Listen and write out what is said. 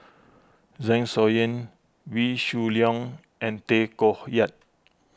Zeng Shouyin Wee Shoo Leong and Tay Koh Yat